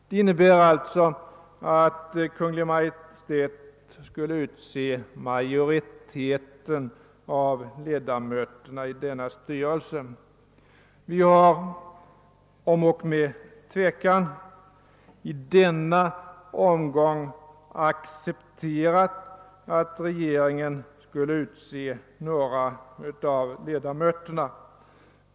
Detta innebär alltså att Kungl. Maj:t skulle utse majoriteten av ledamöterna i denna styrelse. Vi har, om ock med tvekan, i denna omgång accepterat att regeringen skulle utse några av ledamöterna.